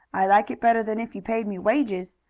i like it better than if you paid me wages.